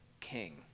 king